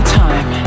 time